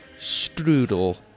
Strudel